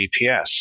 GPS